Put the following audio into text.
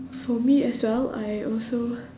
for me as well I also